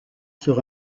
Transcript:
sur